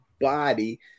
body